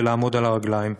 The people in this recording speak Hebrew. ולעמוד על הרגליים.